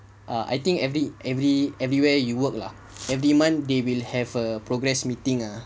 uh I think every every everywhere you work lah every month they will have a progress meeting ah